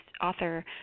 author